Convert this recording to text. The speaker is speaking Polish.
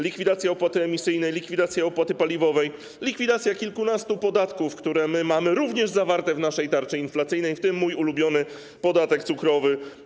Likwidacja opłaty emisyjnej, likwidacja opłaty paliwowej, likwidacja kilkunastu podatków, które my mamy również zawarte w naszej tarczy inflacyjnej, w tym mój ulubiony podatek cukrowy.